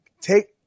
take